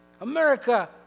America